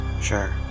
Sure